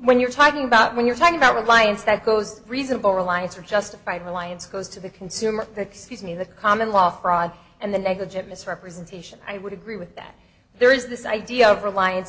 when you're talking about when you're talking about reliance that goes reasonable reliance or justified reliance goes to the consumer excuse me the common law fraud and the negligent misrepresentation i would agree with that there is this idea of reliance